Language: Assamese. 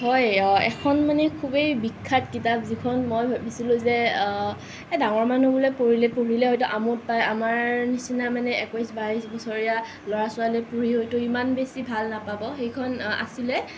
হয় এখ্ন মানে খুবেই বিখ্যাত কিতাপ যিখন মই ভাবিছিলোঁ যে এ ডাঙৰ মানুহবোৰে পঢ়িলে হয়তো আমোদ পায় আমাৰ নিচিনা মানে একৈছ বাইছ বছৰীয়া ল'ৰা ছোৱালীয়ে পঢ়ি হয়তো ইমান বেছি ভাল নাপাব সেইখন আছিলে